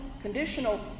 conditional